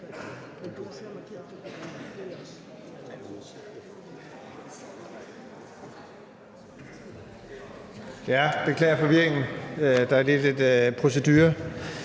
Jeg beklager forvirringen, der er lige lidt procedure.